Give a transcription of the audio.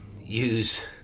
use